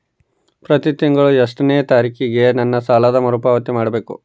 ಪ್ರತಿ ತಿಂಗಳು ಎಷ್ಟನೇ ತಾರೇಕಿಗೆ ನನ್ನ ಸಾಲದ ಮರುಪಾವತಿ ಮಾಡಬೇಕು?